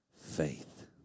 faith